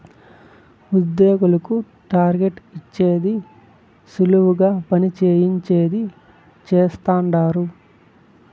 ఉద్యోగులకు టార్గెట్ ఇచ్చేది సులువుగా పని చేయించేది చేస్తండారు